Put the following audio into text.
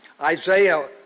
Isaiah